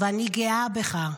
ואני גאה בך.